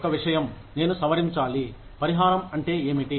ఒక విషయం నేను సవరించాలి పరిహారం అంటే ఏమిటి